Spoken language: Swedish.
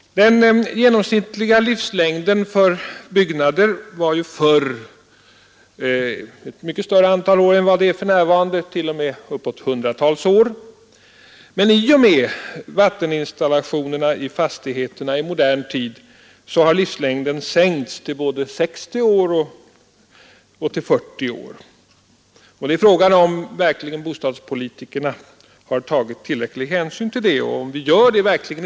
Den genomsnittliga livslängden för byggnader var ju förr mycket längre än för närvarande, t.o.m. uppåt hundratals år. Men i och med vatteninstallationerna i fastigheterna i modern tid har livslängden sänkts till både 60 och 40 år. Frågan är om bostadspolitikerna verkligen har tagit tillräcklig hänsyn till denna ändrade situation.